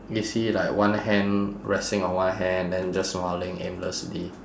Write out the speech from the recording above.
is he like one hand resting on one hand then just smiling aimlessly